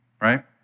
right